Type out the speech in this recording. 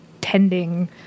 tending